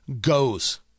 goes